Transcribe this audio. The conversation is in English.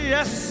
Yes